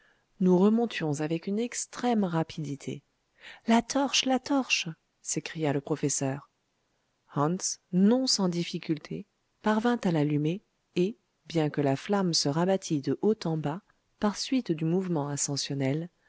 nous remontions avec une extrême rapidité la torche la torche s'écria le professeur hans non sans difficultés parvint à l'allumer et bien que la flamme se rabattît de haut en bas par suite du mouvement ascensionnel